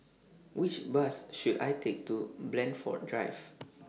Which Bus should I Take to Blandford Drive